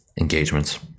engagements